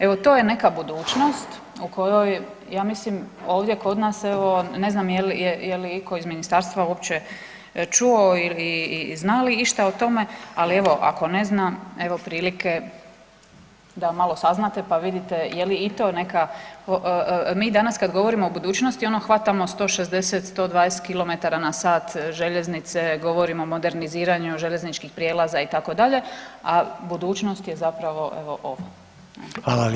Evo, to je neka budućnost o kojoj ja mislim ovdje kod nas jel je itko iz ministarstva uopće čuo i zna li išta o tome, ali evo ako ne zna evo prilike da malo saznate pa vidite je li i to neka, mi danas kad govorimo o budućnosti ono hvatamo 160, 120 km/h željeznice govorimo o moderniziranju željezničkih prijevoza itd., a budućnost je zapravo evo ovo.